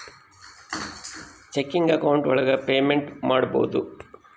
checking account ಒಳಗ payment ಮಾಡ್ಬೋದು